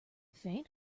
faint